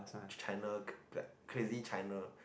China like crazy China